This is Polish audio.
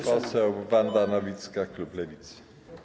Pani poseł Wanda Nowicka, klub Lewicy.